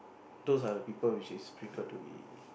those are the people which is prefer to be